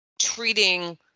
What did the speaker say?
treating